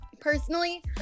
personally